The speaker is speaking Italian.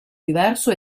diverso